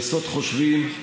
לעשות חושבים.